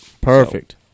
Perfect